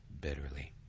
bitterly